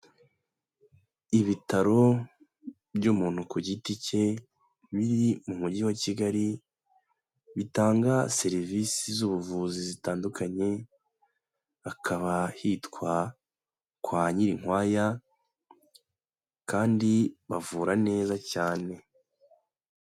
Ibitaro by'umuntu ku giti cye, biri mu mujyi wa Kigali, bitanga serivisi z'ubuvuzi zitandukanye, hakaba hitwa kwa Nyirinkwaya, kandi bavura neza cyane.